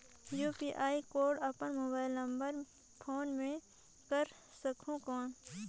UPI code अपन mobile phone मे कर सकहुं कौन?